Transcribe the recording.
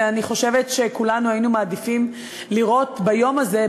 ואני חושבת שכולנו היינו מעדיפים לראות ביום הזה,